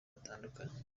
batandukanye